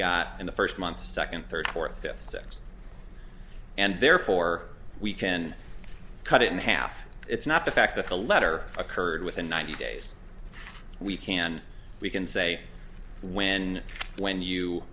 got in the first month second third fourth fifth sixth and therefore we can cut it in half it's not the fact that the letter occurred within ninety days we can we can say when when you